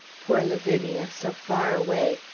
poor lavinia, so far away!